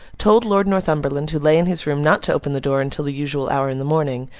told lord northumberland who lay in his room not to open the door until the usual hour in the morning,